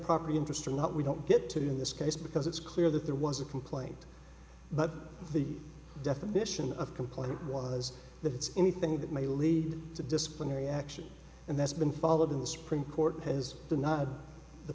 property interest or not we don't get to in this case because it's clear that there was a complaint but the definition of complaint was that it's anything that may lead to disciplinary action and that's been followed in the supreme court has denied the